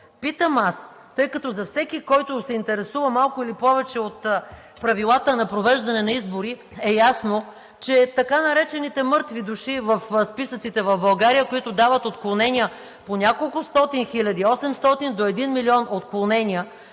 Питам аз, тъй като за всеки, който се интересува малко или повече от правилата на провеждане на избори, е ясно, че така наречените мъртви души в списъците в България, които дават отклонения по няколкостотин хиляди – осемстотин до един милион отклонения,